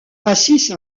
assiste